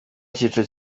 cyiciro